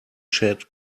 shed